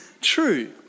true